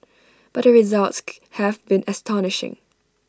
but the results have been astonishing